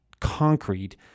concrete